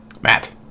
Matt